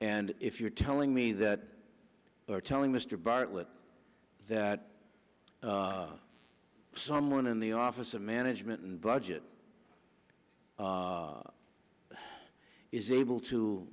and if you're telling me that telling mr bartlett that someone in the office of management and budget is able to